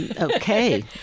Okay